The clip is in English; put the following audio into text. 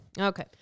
Okay